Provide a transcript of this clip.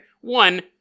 One